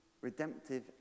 redemptive